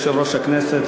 אדוני יושב-ראש הכנסת,